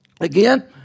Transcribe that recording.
Again